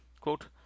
quote